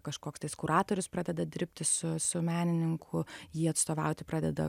kažkoks tais kuratorius pradeda dirbti su su menininku jį atstovauti pradeda